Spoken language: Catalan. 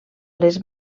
les